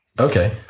Okay